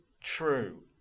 True